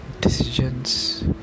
decisions